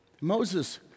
Moses